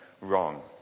wrong